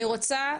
אני רוצה,